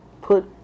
put